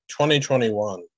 2021